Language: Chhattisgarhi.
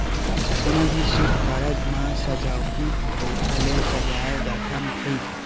कोनो भी सुभ कारज म सजावटी पउधा ले सजाए जाथन भइर